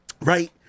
right